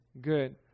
good